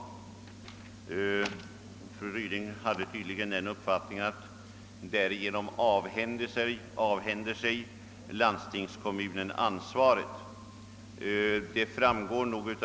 Fru Ryding hade tydligen den uppfattningen att landstingskommunen därigenom avhänder sig ansvaret.